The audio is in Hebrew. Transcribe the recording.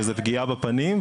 שזה פגיעה בפנים,